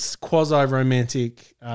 quasi-romantic